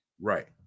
Right